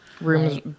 rooms